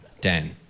Dan